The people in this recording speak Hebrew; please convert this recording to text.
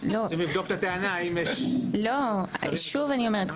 שוב אני אומרת,